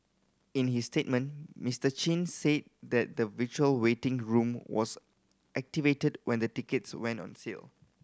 in his statement Mister Chin said that the virtual waiting room was activated when the tickets went on sale